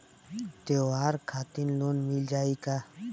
त्योहार खातिर लोन मिल जाई का?